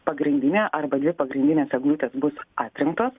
pagrindinė arba dvi pagrindinės eglutės bus atrinktos